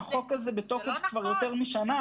החוק הזה בתוקף כבר יותר משנה,